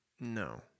No